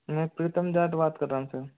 मैं प्रीतम जाट बात कर रहा हूँ सर